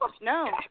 no